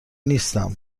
نیستم